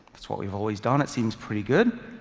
that's what we've always done. it seems pretty good.